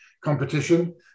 competition